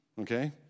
Okay